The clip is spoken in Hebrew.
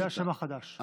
זה השם החדש.